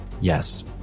Yes